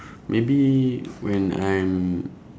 maybe when I'm